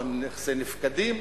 או נכסי נפקדים,